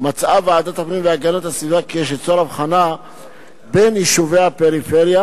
מצאה ועדת הפנים והגנת הסביבה כי יש ליצור הבחנה בין יישובי הפריפריה,